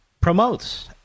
promotes